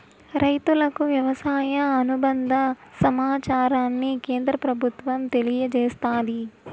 రైతులకు వ్యవసాయ అనుబంద సమాచారాన్ని కేంద్ర ప్రభుత్వం తెలియచేస్తాది